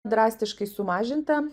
drastiškai sumažinta